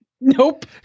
Nope